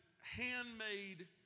handmade